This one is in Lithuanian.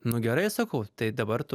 nu gerai sakau tai dabar tu